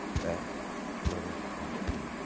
that little heartbeat.